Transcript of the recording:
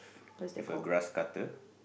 if a grass cutter